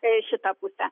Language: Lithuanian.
tai šitą pusę